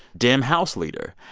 dem house leader.